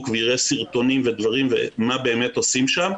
ויראה סרטונים ודברים ומה באמת עושים שם,